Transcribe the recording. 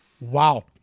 Wow